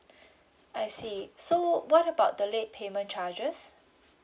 I see so what about the late payment charges